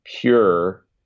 pure